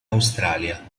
australia